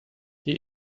die